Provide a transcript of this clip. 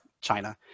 China